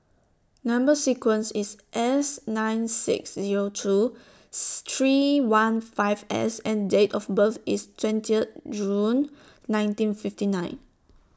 Number sequence IS S nine six Zero two three one five S and Date of birth IS twenty June nineteen fifty nine